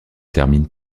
termine